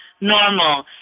Normal